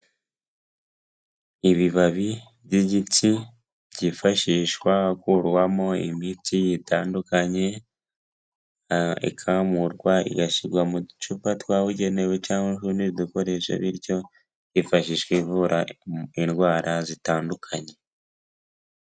Ibibabi by'igiti cyifashishwa hakurwamo imiti itandukanye, ikamurwa igashyirwa mu ducupa twabugenewe, cyangwa utundi dukoresho bityo yifashishiwe ivura indwara zitandukanye.